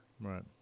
Right